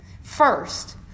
First